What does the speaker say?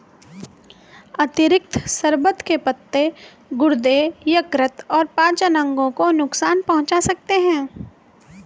अतिरिक्त शर्बत के पत्ते गुर्दे, यकृत और पाचन अंगों को नुकसान पहुंचा सकते हैं